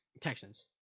texans